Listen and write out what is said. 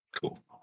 Cool